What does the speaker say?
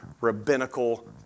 rabbinical